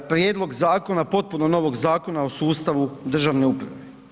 Prijedlog zakona, potpuno novog Zakona o sustavu državne uprave.